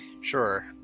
Sure